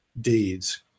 deeds